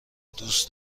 دوست